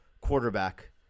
quarterback